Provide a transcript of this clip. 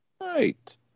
Right